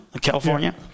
California